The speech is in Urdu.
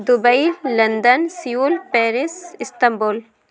Dubai London Seoul Paris Istanbul